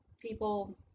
people